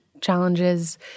challenges